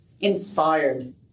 Inspired